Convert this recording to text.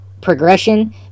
progression